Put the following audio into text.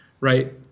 right